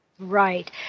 Right